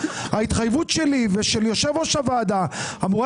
ההתחייבות שלי ושל יושב-ראש הוועדה אמורה